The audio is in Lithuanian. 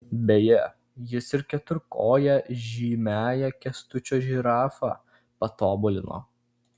beje jis ir keturkoję žymiąją kęstučio žirafą patobulino